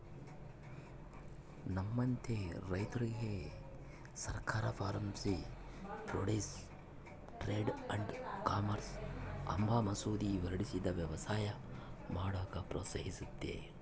ನಮ್ಮಂತ ರೈತುರ್ಗೆ ಸರ್ಕಾರ farmers produce trade and commerce ಅಂಬ ಮಸೂದೆ ಹೊರಡಿಸಿ ವ್ಯವಸಾಯ ಮಾಡಾಕ ಪ್ರೋತ್ಸಹಿಸ್ತತೆ